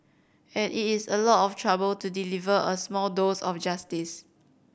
and it is a lot of trouble to deliver a small dose of justice